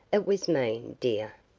it was mean, dear.